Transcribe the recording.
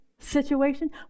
Situation